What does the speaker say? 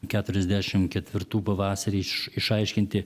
keturiasdešimt ketvirtų pavasarį iš išaiškinti